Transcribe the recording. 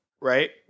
right